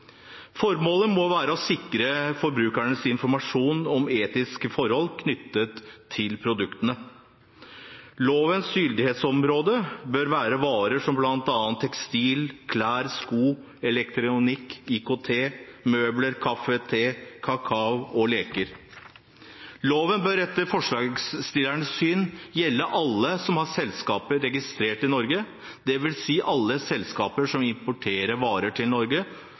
Formålet må være å sikre forbrukerne informasjon om etiske forhold knyttet til produktene. Lovens gyldighetsområde bør være varer som bl.a. tekstil, klær, sko, elektronikk, IKT, møbler, kaffe, te, kakao og leker. Loven bør etter forslagsstillernes syn gjelde alle som har selskaper registrert i Norge, dvs. alle selskaper som importerer varer til Norge